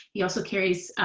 he also carries